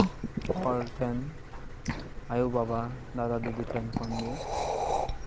ᱦᱚᱲ ᱴᱷᱮᱱ ᱟᱭᱳᱼᱵᱟᱵᱟ ᱫᱟᱫᱟᱼᱫᱤᱫᱤ ᱴᱷᱮᱱ ᱠᱷᱚᱱᱜᱮ